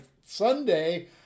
Sunday